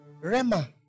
Rema